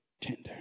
tender